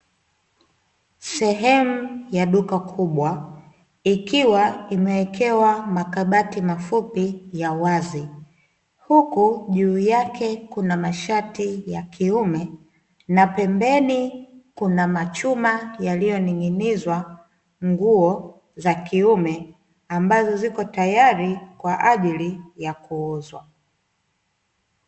Sehemu ya duka kubwa, ikiwa imewekewa makabati mafupi ya wazi, huku juu yake kuna mashati ya kiume na pembeni kuna machuma yaliyoning’inizwa nguo za kiume ambazo ziko tayari kwa ajili ya kuuzwa.